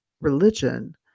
religion